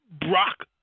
Brock